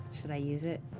should i use it